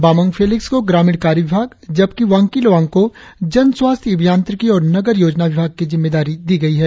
Bamang Felix को ग्रामीण कार्य विभाग जबकि वांकी लोवांग को जन स्वास्थ्य अभियांत्रिकी और नगर योजना विभाग की जिम्मेदारी दी गई है